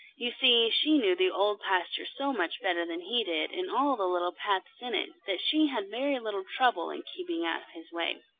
you see, she knew the old pasture so much better than he did, and all the little paths in it, that she had very little trouble in keeping out of his way.